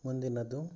ಮುಂದಿನದು